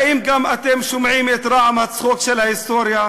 האם גם אתם שומעים את רעם הצחוק של ההיסטוריה?